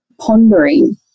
pondering